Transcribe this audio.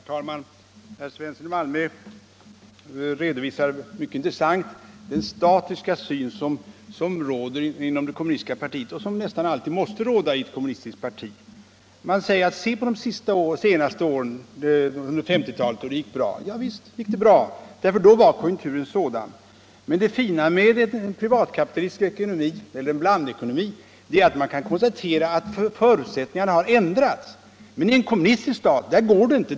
Herr talman! Herr Svensson i Malmö redovisar, mycket intressant, den statiska syn som råder inom det kommunistiska partiet och som nästan alltid måste råda i ett kommunistiskt parti. Man säger: Se på de senaste åren under 1950-talet, då det gick bra. Javisst gick det bra, då var konjunkturen sådan. Men det fina med en blandekonomi är att man kan konstatera att förutsättningarna har ändrats. I en kommunistisk stat där går det inte.